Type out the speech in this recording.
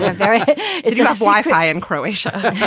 very good life. i in croatia.